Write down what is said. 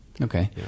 Okay